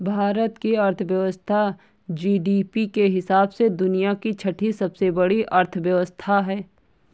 भारत की अर्थव्यवस्था जी.डी.पी के हिसाब से दुनिया की छठी सबसे बड़ी अर्थव्यवस्था है